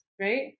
right